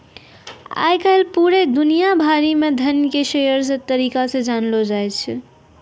आय काल पूरे दुनिया भरि म धन के शेयर के तरीका से जानलौ जाय छै